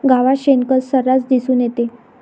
गावात शेणखत सर्रास दिसून येते